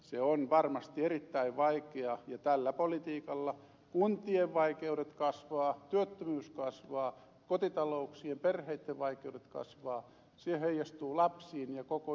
se on varmasti erittäin vaikea ja tällä politiikalla kuntien vai keudet kasvavat työttömyys kasvaa kotitalouksien perheitten vaikeudet kasvavat se heijastuu lapsiin ja koko yhteiskuntaan